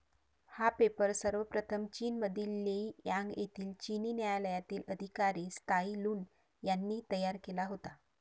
हा पेपर सर्वप्रथम चीनमधील लेई यांग येथील चिनी न्यायालयातील अधिकारी त्साई लुन यांनी तयार केला होता